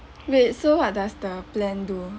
wait so what does the plan do